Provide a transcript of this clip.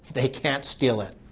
they can't steal it.